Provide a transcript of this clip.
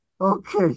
Okay